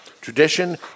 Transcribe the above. tradition